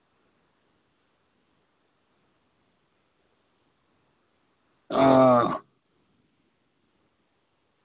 आं